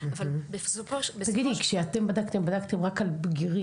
אבל בפועל ההחלטה נשלחה לסנגוריה הציבורית רק לאחר שהעצור כבר נחקר.